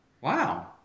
Wow